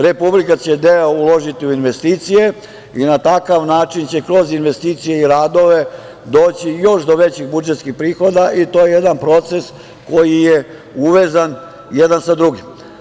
Republika će deo uložiti u investicije i na takav način će kroz investicije i radove doći i još do većih budžetskih prihoda i to je jedan proces koji je uvezan jedan sa drugim.